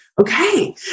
Okay